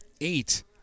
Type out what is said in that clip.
eight